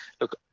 look